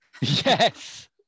yes